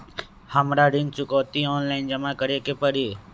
हमरा ऋण चुकौती ऑनलाइन जमा करे के परी?